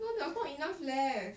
no there was not enough left